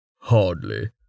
Hardly